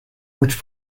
which